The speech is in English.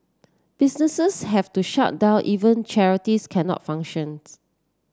businesses have to shut down even charities cannot functions